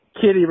Kitty